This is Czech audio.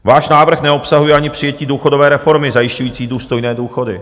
Váš návrh neobsahuje ani přijetí důchodové reformy zajišťující důstojné důchody.